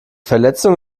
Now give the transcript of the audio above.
verletzung